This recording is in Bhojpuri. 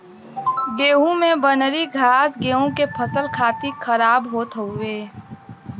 गेंहू में बनरी घास गेंहू के फसल खातिर खराब होत हउवे